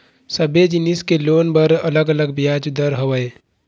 सबे जिनिस के लोन बर अलग अलग बियाज दर हवय